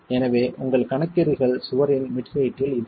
எனவே உங்கள் கணக்கீடுகள் சுவரின் மிட் ஹெயிட்டில் இருக்கும்